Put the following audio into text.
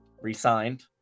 re-signed